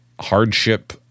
hardship